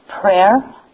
prayer